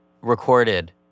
recorded